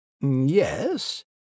Yes